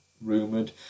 rumoured